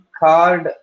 card